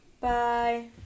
Bye